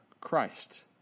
Christ